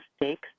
mistakes